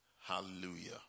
Hallelujah